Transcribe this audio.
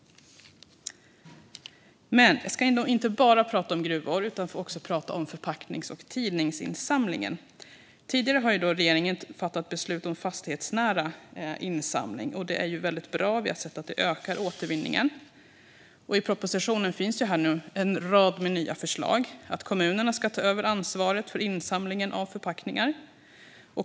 Jag ska inte bara prata om gruvor, utan jag ska också prata om förpacknings och tidningsinsamlingen. Tidigare har regeringen fattat beslut om fastighetsnära insamling. Det är bra, och vi har sett att det ökar återvinningen. I propositionen finns en rad nya förslag, till exempel att kommunerna ska ta över ansvaret för insamlingen av förpackningar.